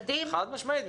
חד משמעית,